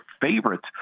favorites